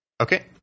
Okay